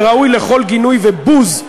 וראוי לכל גינוי ובוז,